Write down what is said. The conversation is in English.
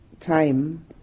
time